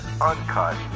uncut